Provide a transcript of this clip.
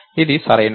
ఇది సరైనది